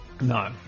No